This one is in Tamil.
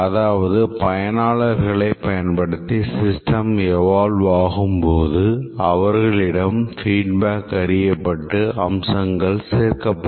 அதாவது பயனாளர்களை பயன்படுத்தி சிஸ்டம் எவால்வ் ஆகும்போது அவர்களிடம் feedback அறியப்பட்டு அம்சங்கள் சேர்க்கப்படும்